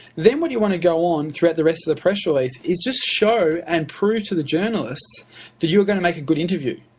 then what you want to go on throughout the rest of the press release is just show and prove to the journalists that you are going to make a good interview.